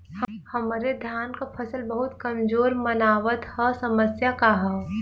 हमरे धान क फसल बहुत कमजोर मनावत ह समस्या का ह?